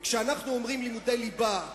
כשאנחנו אומרים לימודי ליבה,